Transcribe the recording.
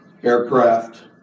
aircraft